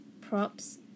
props